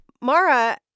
Mara